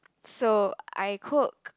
so I cook